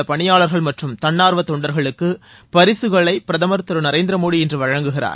பிராயாக்ராஜ் பணியாளர்கள் மற்றும் தன்னார்வ தொண்டர்களுக்கு பரிசுகளை பிரதமர் திரு நரேந்திரமோடி இன்று வழங்குகிறார்